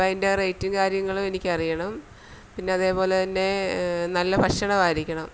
അപ്പോള് അതിന്റെ റേയ്റ്റും കാര്യങ്ങളുമെനിക്കറിയണം പിന്നതേപോലെതന്നെ നല്ല ഭക്ഷണമായിരിക്കണം